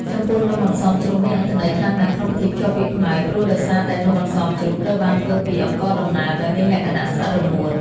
ចំពោះនំអន្សមជ្រូកមានអត្ថន័យខ្លាំងណាស់ក្នុងពិធីភ្ជាប់ពាក្យខ្មែរ ព្រោះដោយសារតែនំអន្សមជ្រូកត្រូវបានធ្វើពី អង្ករដំណើប ដែលមានលក្ខណៈស្អិតរមួត។